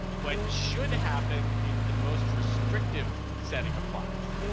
what should happen is the most restrictive setting applies.